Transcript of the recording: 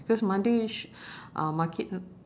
because monday sh~ uh market